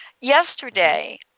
Yesterday